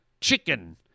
chicken